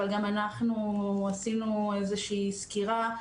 גם אנחנו עשינו איזה שהיא סקירה.